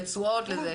לתשואות וכדומה.